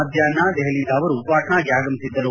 ಮಧ್ವಾಹ್ನ ದೆಹಲಿಯಿಂದ ಅವರು ಪಾಟ್ನಾಗೆ ಆಗಮಿಸಿದ್ದರು